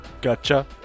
Gotcha